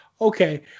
Okay